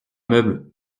meuble